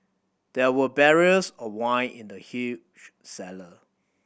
there were barrels of wine in the huge cellar